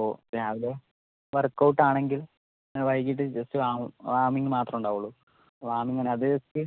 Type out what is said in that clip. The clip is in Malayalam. അപ്പോൾ രാവിലെ വർക്ക് ഔട്ട് ആണെങ്കിൽ വൈകിട്ട് ജസ്റ്റ് വാർ വാർമിംഗ് മാത്രമെ ഉണ്ടാവുകയുള്ളു വാർമിംഗ് അത് ജസ്റ്റ്